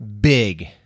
big